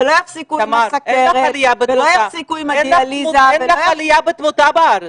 ולא יפסיקו עם הדיאליזה --- אין לך עלייה בתמותה בארץ.